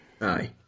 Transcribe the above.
Aye